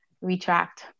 retract